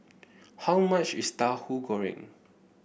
how much is Tauhu Goreng